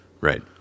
right